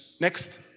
next